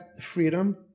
freedom